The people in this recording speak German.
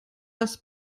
das